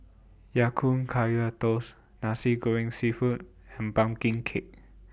Ya Kun Kaya Toast Nasi Goreng Seafood and Pumpkin Cake